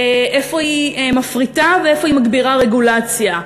איפה היא מפריטה ואיפה היא מגבירה רגולציה,